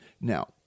Now